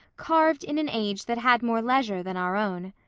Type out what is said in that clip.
carved in an age that had more leisure than our own.